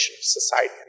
society